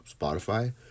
Spotify